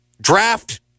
draft